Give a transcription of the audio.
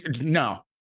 No